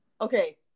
Okay